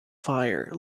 fire